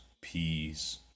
peas